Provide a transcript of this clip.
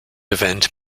event